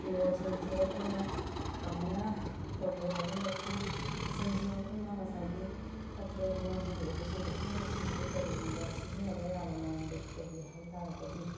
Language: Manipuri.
ꯐꯤꯔꯣꯜꯁꯤꯡꯁꯦ ꯑꯩꯈꯣꯏꯅ ꯀꯃꯥꯏꯅ ꯇꯧꯒꯦ ꯍꯥꯏꯕ ꯃꯇꯝꯗ ꯐꯤꯁꯤꯡꯁꯦ ꯑꯩꯈꯣꯏꯅ ꯉꯁꯥꯏꯒꯤ ꯐꯠꯇ꯭ꯔꯦ ꯍꯥꯏꯅ ꯍꯨꯟꯗꯣꯛꯑꯕꯁꯤꯡꯗꯣ ꯑꯩꯈꯣꯏꯅ ꯐꯤꯗꯨ ꯀꯔꯤꯒꯨꯝꯕ ꯁꯤꯖꯤꯟꯅꯕ ꯌꯥꯕ ꯃꯑꯣꯡꯗ ꯇꯧꯒꯦ ꯍꯥꯏꯇꯔꯒꯗꯤ